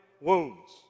wounds